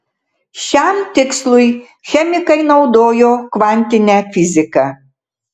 šiam tikslui chemikai naudojo kvantinę fiziką